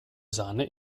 sahne